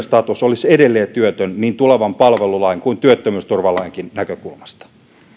status olisi edelleen työtön niin tulevan palvelulain kuin työttömyysturvalainkin näkökulmasta